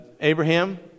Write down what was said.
Abraham